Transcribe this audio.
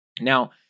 Now